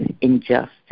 injustice